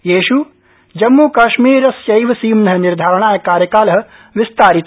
येष् जम्म् काश्मीरस्यैव सीम्न निर्धारणाय कार्यकाल विस्तारित